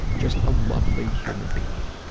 just a lovely human being.